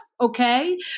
Okay